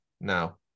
now